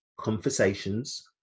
conversations